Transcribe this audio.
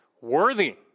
worthy